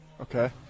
okay